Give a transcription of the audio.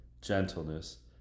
gentleness